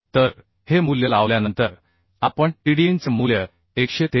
तर हे मूल्य लावल्यानंतर आपण Tdnचे मूल्य 113